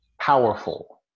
powerful